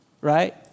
Right